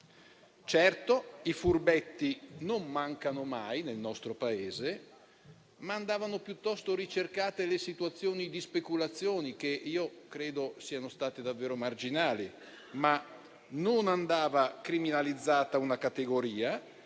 Certo, i furbetti non mancano mai nel nostro Paese, ma andavano piuttosto ricercate le situazioni di speculazione, che credo siano state davvero marginali. Non andava però criminalizzata una categoria